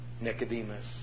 Nicodemus